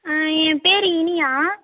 என் பேர் இனியா